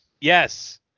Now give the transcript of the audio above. Yes